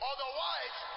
Otherwise